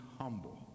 humble